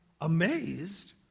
amazed